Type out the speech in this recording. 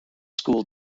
school